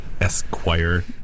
Esquire